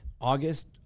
August